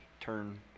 turn